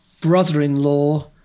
brother-in-law